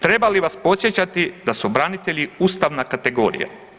Treba li vas podsjećati da su branitelji ustavna kategorija?